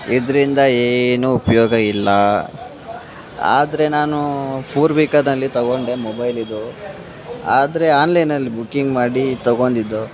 ಇದರಿಂದ ಏನು ಉಪಯೋಗ ಇಲ್ಲ ಆದರೆ ನಾನು ಪೂರ್ವಿಕದಲ್ಲಿ ತಗೊಂಡೆ ಮೊಬೈಲ್ ಇದು ಆದರೆ ಆನ್ಲೈನ್ನಲ್ಲಿ ಬುಕಿಂಗ್ ಮಾಡಿ ತಗೊಂಡಿದ್ದು